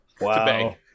Wow